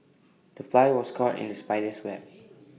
the fly was caught in the spider's web